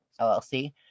LLC